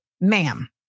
ma'am